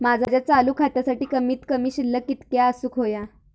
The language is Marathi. माझ्या चालू खात्यासाठी कमित कमी शिल्लक कितक्या असूक होया?